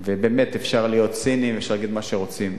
באמת אפשר להיות ציניים ואפשר להגיד מה שרוצים,